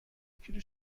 کیلو